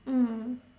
mm